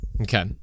Okay